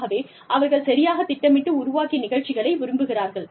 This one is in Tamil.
ஆகவே அவர்கள் சரியாக திட்டமிட்டு உருவாக்கிய நிகழ்ச்சிகளை விரும்புகிறார்கள்